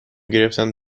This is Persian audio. گرفتم